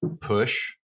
push